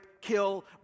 kill